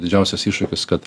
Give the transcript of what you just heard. didžiausias iššūkis kad